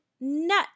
nut